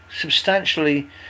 substantially